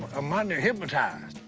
i'm under hypnotized!